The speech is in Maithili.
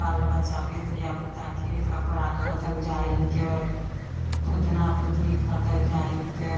बाल बच्चाके धिआपुताके कपड़ा खरिदल जाए हिकै फुदना फुदनी खरिदल जाए हिकै